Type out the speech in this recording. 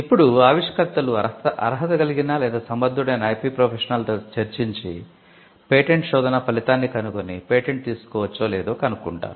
ఇప్పుడు ఆవిష్కర్తలు అర్హత కలిగిన లేదా సమర్థుడైన IP ప్రొఫెషనల్తో చర్చించి పేటెంట్ శోధనా ఫలితాన్ని కనుగొని పేటెంట్ తీసుకోవచ్చో లేదో కనుక్కుంటారు